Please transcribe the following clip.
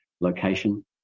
location